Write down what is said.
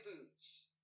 boots